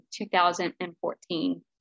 2014